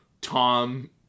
Tom